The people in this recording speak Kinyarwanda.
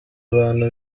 bantu